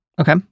Okay